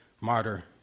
martyr